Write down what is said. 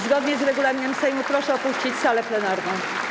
Zgodnie z regulaminem Sejmu proszę opuścić salę plenarną.